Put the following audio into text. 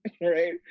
right